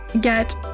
get